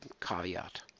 caveat